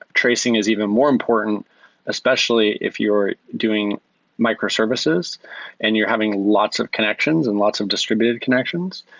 tracing is even more important especially if you're doing microservices and you're having lots of connections and lots of distributed connections.